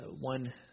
one